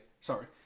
sorry